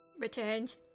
Returned